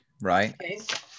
right